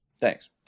Thanks